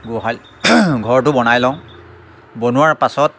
গোহালি ঘৰটো বনাই লওঁ বনোৱাৰ পাছত